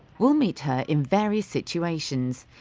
we'll meet her in various situations,